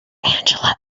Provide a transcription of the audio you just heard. angela